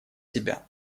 себя